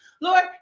Lord